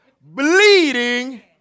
bleeding